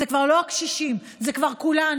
זה כבר לא הקשישים, זה כבר כולנו,